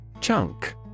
Chunk